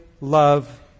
love